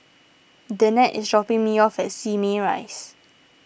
Danette is dropping me off at Simei Rise